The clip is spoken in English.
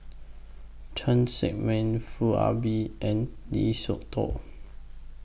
Cheng Tsang Man Foo Ah Bee and Lee Siew Choh